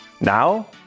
Now